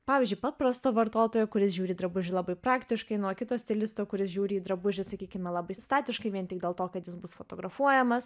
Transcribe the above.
pavyzdžiui paprasto vartotojo kuris žiūri į drabužį labai praktiškai nuo kito stilisto kuris žiūri į drabužį sakykime labai statiškai vien tik dėl to kad jis bus fotografuojamas